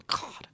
God